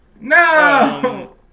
No